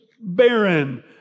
barren